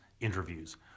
interviews